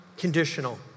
Conditional